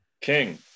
king